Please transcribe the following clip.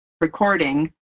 recording